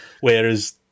Whereas